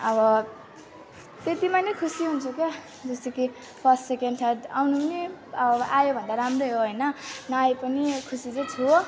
अब त्यत्तिमा नै खुसी हुन्छु क्या जस्तो कि फर्स्ट सेकेन्ड थर्ड आउनु पनि अब आयो भने त राम्रै हो होइन नआए पनि खुसी चाहिँ छु